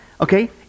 Okay